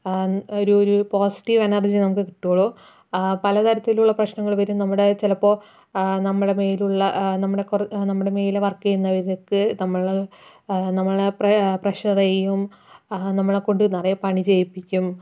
ഒരു ഒരു positive energy നമുക്ക് കിട്ടുകയുള്ളു പല തരത്തിലുള്ള പ്രശ്നങ്ങൾ വരും നമ്മുടെ ചിലപ്പോൾ നമ്മളെ മേലുള്ള നമ്മളെ നമ്മളെ മേലെ വർക്ക് ചെയ്യുന്നവർക്ക് നമ്മള് നമ്മളെ പ്രഷർ ചെയ്യും അവർ നമ്മളെക്കൊണ്ട് നിറയെ പണി ചെയ്യിപ്പിക്കും